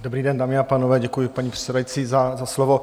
Dobrý den, dámy a pánové, děkuji, paní předsedající za slovo.